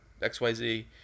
XYZ